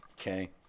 Okay